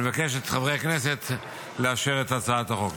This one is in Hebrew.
אני מבקש מחברי הכנסת לאשר את הצעת החוק.